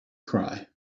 cry